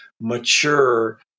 mature